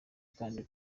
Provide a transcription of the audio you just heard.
kandi